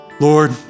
Lord